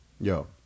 yo